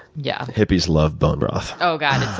yeah. hippies love bone broth. oh, god.